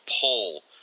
pull